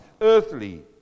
earthly